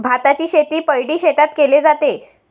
भाताची शेती पैडी शेतात केले जाते